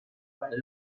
para